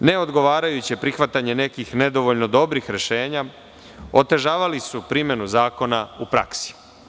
Međutim, neodgovarajuće prihvatanje nekih nedovoljno dobrih rešenja otežavali su primenu zakona u praksi.